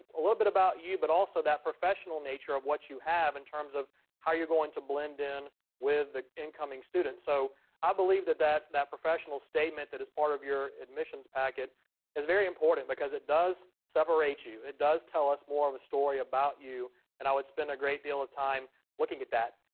a little bit about you, but also that professional nature of what you have in terms of how you're going to blend in with the incoming students. so i believe that that that professional statement that is part of your admissions packet is very important because it does separate you. it does tell us more of a story about you and i would spend a great deal of time looking at that.